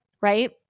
right